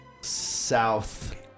south